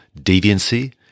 deviancy